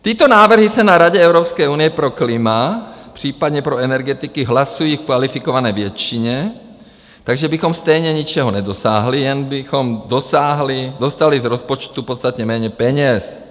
Tyto návrhy se na Radě Evropské unie pro klima, případně pro energetiky hlasují v kvalifikované většině, takže bychom stejně ničeho nedosáhli, jen bychom dostali z rozpočtu podstatně méně peněz.